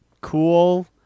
cool